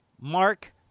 Mark